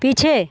पीछे